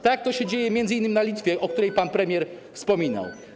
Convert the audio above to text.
Tak jak to się dzieje m.in. na Litwie, o której pan premier wspominał.